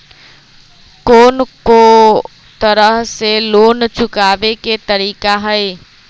कोन को तरह से लोन चुकावे के तरीका हई?